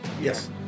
Yes